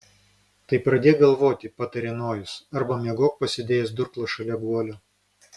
tai pradėk galvoti patarė nojus arba miegok pasidėjęs durklą šalia guolio